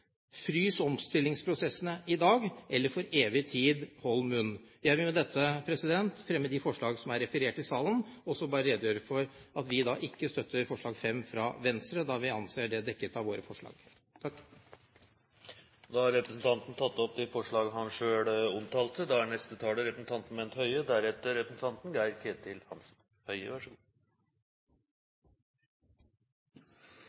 Frys omstillingsprosessene i dag, eller for evig tid hold munn! Jeg vil med dette fremme de forslag som er referert i innstillingen, og også bare redegjøre for at vi ikke støtter forslag nr. 5, fra Venstre, da vi anser det dekket av våre forslag. Representanten Per Arne Olsen har tatt opp de forslag han refererte til. Jeg tror dagens debatt kun vil ha historisk interesse, og da